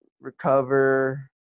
recover